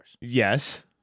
Yes